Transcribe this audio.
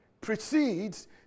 precedes